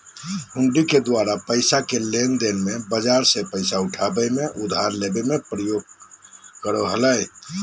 हुंडी के द्वारा पैसा के लेनदेन मे, बाजार से पैसा उठाबे मे, उधार लेबे मे प्रयोग करो हलय